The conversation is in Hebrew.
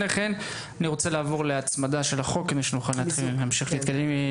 אני רוצה לעבור למיזוג שתי ההצעות ואחר כך נוכל להמשיך להתקדם.